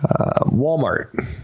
Walmart